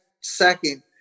second